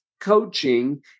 coaching